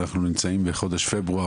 אנחנו נמצאים בחודש פברואר,